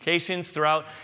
throughout